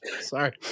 sorry